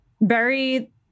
bury